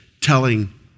telling